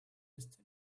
destinies